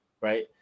right